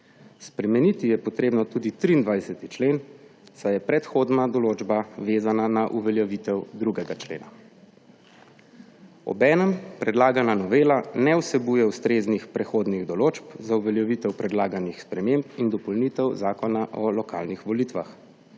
Spremeniti je potrebno tudi 23. člen, saj je predhodna določba vezana na uveljavitev 2. člena. Obenem predlagana novela ne vsebuje ustreznih prehodnih določb za uveljavitev predlaganih sprememb in dopolnitev Zakona o lokalnih volitvah.